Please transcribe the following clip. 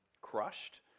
crushed